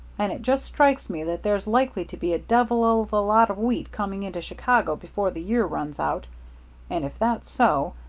and it just strikes me that there's likely to be a devil of a lot of wheat coming into chicago before the year runs out and if that's so,